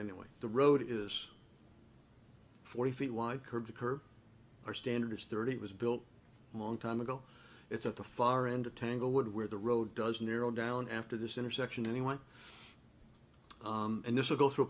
anyway the road is forty feet wide curb to curb or standards thirty was built a long time ago it's at the far end of tanglewood where the road doesn't narrow down after this intersection anyway and this will go through a